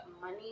money